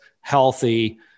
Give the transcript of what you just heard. healthy